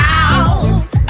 out